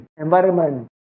environment